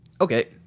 okay